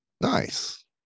Nice